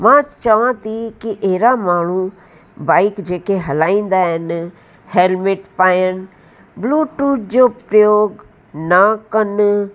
मां चवां थी की एड़ा माण्हूं बाइक जेके हलाईंदा आहिनि हैलमेट पायन ब्लूटूथ जो प्रयोग न कनि